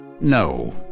No